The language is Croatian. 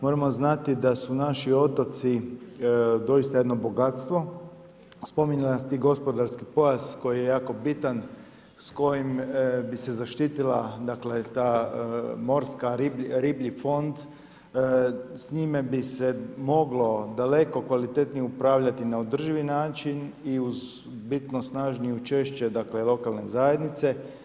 Moramo znati da su naši otoci doista jedno bogatstvo, spominjali ste i gospodarski pojas koji je jako bitan, s kojim bi se zaštitila dakle ta morski riblji fond, s njime bi se moglo daleko kvalitetnije upravljati na održivi način i uz bitno snažnije češće lokalne zajednice.